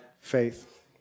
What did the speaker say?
faith